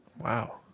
Wow